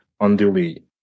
unduly